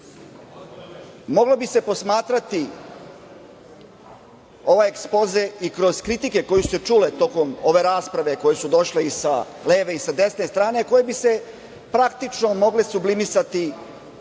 bi se posmatrati ovaj ekspoze i kroz kritike koje su se čule tokom ove rasprave koje su došle i sa leve i sa desne strane, koje bi se praktično mogle sublimisati